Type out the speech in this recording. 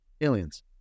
Aliens